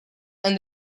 and